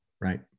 Right